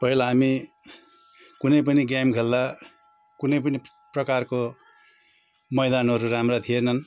पहिला हामी कुनै पनि गेम खेल्दा कुनै पनि प्रकारको मैदानहरू हाम्रा थिएनन्